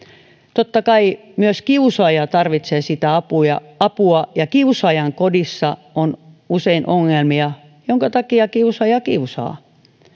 totta kai myös kiusaaja tarvitsee sitä apua ja kiusaajan kodissa on usein ongelmia minkä takia kiusaaja kiusaa